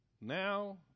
Now